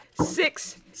six